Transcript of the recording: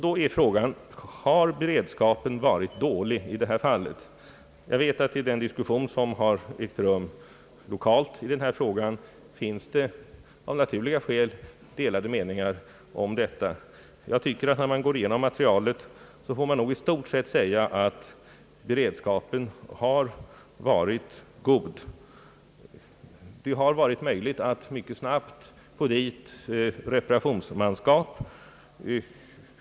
Då är frågan: Har beredskapen varit dålig i det här fallet? Jag vet att det förekommit delade meningar om detta i den diskussion som ägt rum lokalt i denna fråga. Jag tycker att om man går igenom materialet får man i stort sett säga att beredskapen varit god. Det har varit möjligt att mycket snabbt få dit reparationsmanskap.